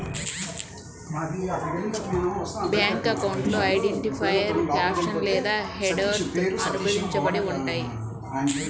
bank అకౌంట్లు identifier caption లేదా హెడర్తో అనుబంధించబడి ఉంటయ్యి